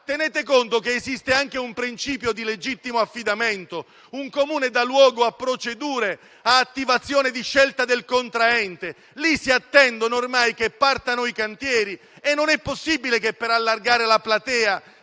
Tenete conto che esiste anche un principio di legittimo affidamento, perché un Comune può aver dato luogo a procedure e all'attivazione della scelta del contraente. Lì si attende, ormai, che partano i cantieri e non è possibile che, per allargare la platea